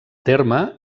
terme